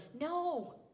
No